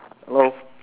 hello